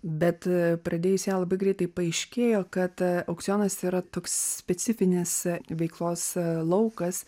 bet pradėjus ją labai greitai paaiškėjo kad aukcionas yra toks specifinės veiklos laukas